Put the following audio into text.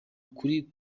kuri